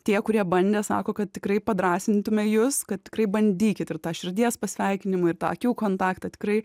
tie kurie bandė sako kad tikrai padrąsintumėme jus kad tikrai bandykit ir tą širdies pasveikinimą ir tą akių kontaktą tikrai